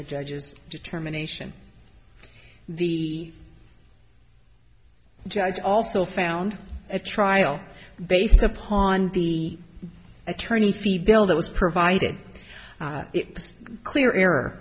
the judge's determination the judge also found a trial based upon the attorney bill that was provided it was clear error